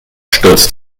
stürzt